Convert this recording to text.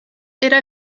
era